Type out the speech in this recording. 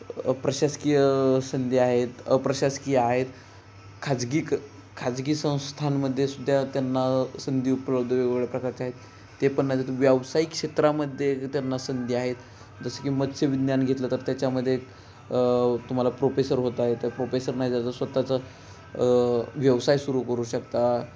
प्रशासकीय संधी आहेत अप्रशासकीय आहेत खाजगी क खाजगी संस्थांमध्ये सुद्धा त्यांना संधी उपलब्ध वेगवेगळ्या प्रकारच्या आहेत ते पण नाहीतर व्यावसायिक क्षेत्रामध्ये त्यांना संधी आहेत जसं की मत्स्यविज्ञान घेतलं तर त्याच्यामध्ये तुम्हाला प्रोपेसर होता येतं प्रोपेसर नाही जर स्वतःचा व्यवसाय सुरू करू शकता